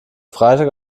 freitag